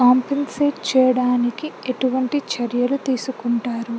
compensate చేయడానికి ఎటువంటి చర్యలు తీసుకుంటారు